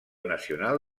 nacional